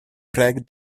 проект